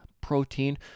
protein